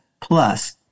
plus